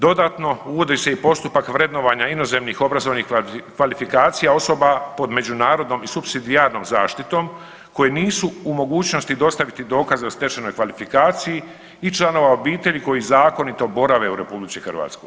Dodatno, uvodi se i postupak vrednovanja inozemnih obrazovnih kvalifikacija osoba pod međunarodnom i supsidijarnom zaštitom koje nisu u mogućnosti dostaviti dokaz o stečenoj kvalifikaciji i članova obitelji koji zakonito borave u RH.